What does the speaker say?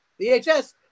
VHS